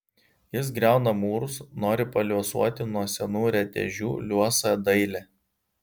jis griauna mūrus nori paliuosuoti nuo senų retežių liuosą dailę